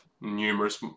numerous